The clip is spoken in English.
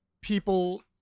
people